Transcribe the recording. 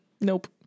Nope